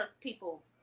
people